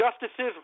Justices